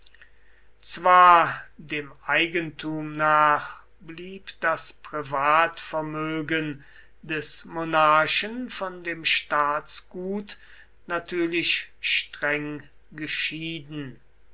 zwar dem eigentum nach blieb das privatvermögen des monarchen von dem staatsgut natürlich streng geschieden